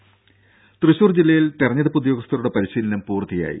ദര തൃശൂർ ജില്ലയിൽ തിരഞ്ഞെടുപ്പ് ഉദ്യോഗസ്ഥരുടെ പരിശീലനം പൂർത്തിയായി